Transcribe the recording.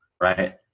Right